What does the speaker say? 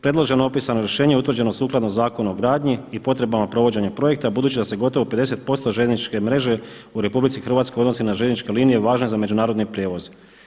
Predloženo opisano rješenje utvrđeno sukladno Zakonu o gradnji i potrebama provođenja projekta budući da se gotovo 50% željezničke mreže u RH odnosi na željezničke linije važne za međunarodne prijevoze.